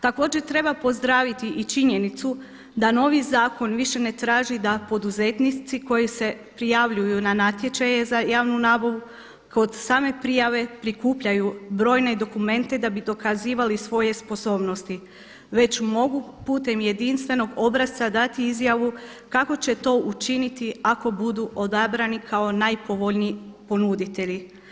Također treba pozdraviti i činjenicu da novi zakon više ne traži da poduzetnici koji se prijavljuju na natječaje za javnu nabavu kod same prijave prikupljaju brojne dokumente da bi dokazivali svoje sposobnosti, već mogu putem jedinstvenog obrasca dati izjavu kako će to učiniti ako budu odabrani kao najpovoljniji ponuditelji.